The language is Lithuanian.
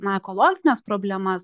na ekologines problemas